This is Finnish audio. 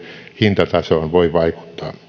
hintatasoon voi voi vaikuttaa